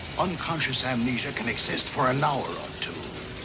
unconscious amnesia can exist for an hour or two.